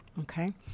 Okay